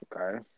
Okay